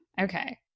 okay